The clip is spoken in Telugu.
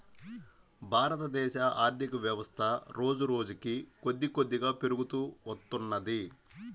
భారతదేశ ఆర్ధికవ్యవస్థ రోజురోజుకీ కొద్దికొద్దిగా పెరుగుతూ వత్తున్నది